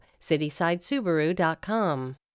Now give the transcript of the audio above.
citysidesubaru.com